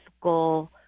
goal